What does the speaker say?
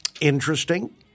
interesting